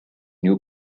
new